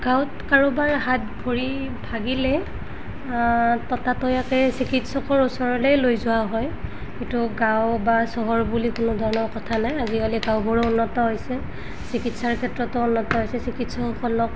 গাঁৱত কাৰোবাৰ হাত ভৰি ভাগিলে ততাতৈয়াকৈ চিকিৎসকৰ ওচৰলে লৈ যোৱা হয় গাঁও বা চহৰ বুলি কোনো ধৰণৰ কথা নাই আজিকালি গাঁওবোৰো উন্নত হৈছে চিকিৎসাৰ ক্ষেত্ৰতো উন্নত হৈছে চিকিৎসকসকলক